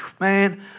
man